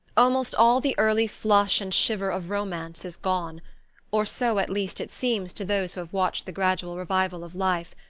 almost all the early flush and shiver of romance is gone or so at least it seems to those who have watched the gradual revival of life.